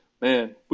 man